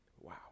Wow